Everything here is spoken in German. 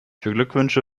beglückwünsche